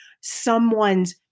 someone's